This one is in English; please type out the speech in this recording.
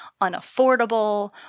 unaffordable